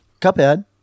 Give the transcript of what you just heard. Cuphead